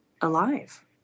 alive